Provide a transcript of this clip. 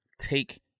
take